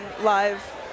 live